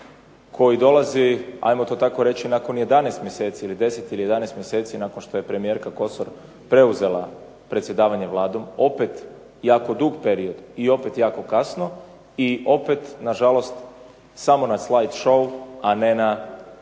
koji dolazi nakon 11 mjeseci, 10 mjeseci nakon što je premijerka Kosor preuzela predsjedavanje Vladom, opet jako dug period i opet jako kasno, i opet na žalost samo na slide show a ne na